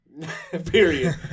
Period